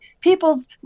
people's